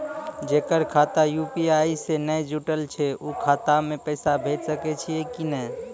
जेकर खाता यु.पी.आई से नैय जुटल छै उ खाता मे पैसा भेज सकै छियै कि नै?